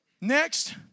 Next